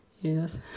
Yes